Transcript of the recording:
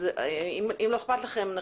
אם לא אכפת לכם,